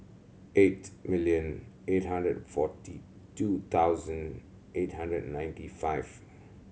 eight million eight hundred and forty two thousand eight hundred and ninety five